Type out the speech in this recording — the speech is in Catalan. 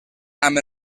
amb